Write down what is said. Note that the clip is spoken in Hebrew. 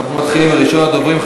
אנחנו מתחילים בראשון הדוברים,